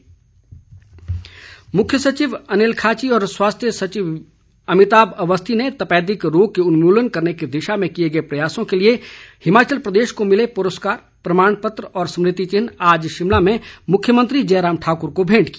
तपेदिक पुरस्कार मुख्य सचिव अनिल खाची और स्वास्थ्य सचिव अमिताभ अवस्थी ने तपेदिक रोग के उन्मूलन करने की दिशा में किए गए प्रयासों के लिए हिमाचल प्रदेश को मिले पुरस्कार प्रमाण पत्र और स्मृति चिन्ह आज शिमला में मुख्यमंत्री जय राम ठाकुर को भेंट किया